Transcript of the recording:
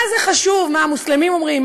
מה זה חשוב מה המוסלמים אומרים,